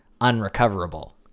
unrecoverable